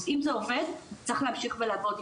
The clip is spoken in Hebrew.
אם זה עובד צריך להמשיך ולעבוד.